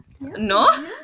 No